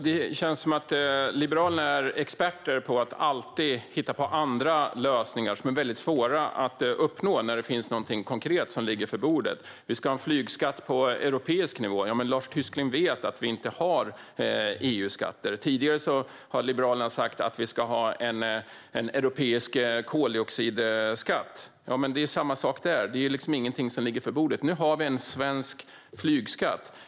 Herr talman! Det känns som om Liberalerna alltid är experter på att hitta på lösningar som är svåra att uppnå i stället för att ta något konkret som ligger på bordet. Lars Tysklind talar om en flygskatt på europeisk nivå, men han vet ju att vi inte har EU-skatter. Tidigare har Liberalerna sagt att vi ska ha en europeisk koldioxidskatt. Men det är samma sak där: Det är ju liksom ingenting som ligger på bordet. Nu har vi en svensk flygskatt.